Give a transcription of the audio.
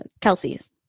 Kelsey's